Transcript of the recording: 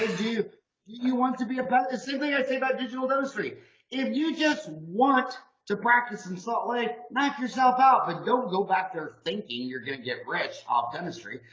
you you want to be, but it's the same thing i say about digital dentistry if you just want to practice in salt lake knock yourself out but don't go back there thinking you're gonna get rich off dentistry.